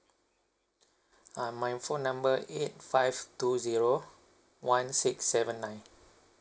uh my phone number eight five two zero one six seven nine